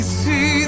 see